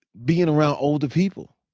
being around older people,